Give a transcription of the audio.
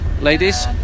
Ladies